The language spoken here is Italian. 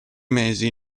mesi